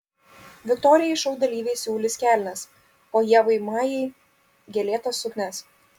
viktorijai šou dalyviai siūlys kelnes o ievai majai gėlėtas suknias